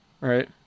Right